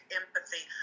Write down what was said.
empathy